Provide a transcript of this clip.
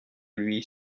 lui